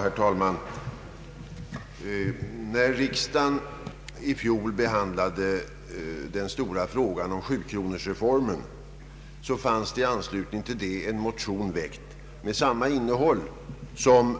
Herr talman! När riksdagen i fjol behandlade den stora frågan om 7-kronorsreformen, förelåg en motion med samma innehåll som